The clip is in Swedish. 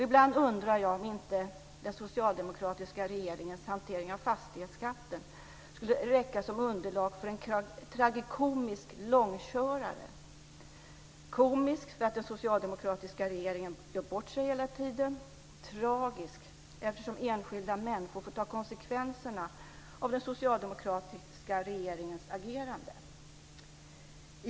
Ibland undrar jag om inte den socialdemokratiska regeringens hantering av fastighetsskatten skulle räcka som underlag för en tragikomisk långkörare; komisk för att den socialdemokratiska regeringen gör bort sig hela tiden, tragisk eftersom enskilda människor får ta konsekvenserna av den socialdemokratiska regeringens agerande.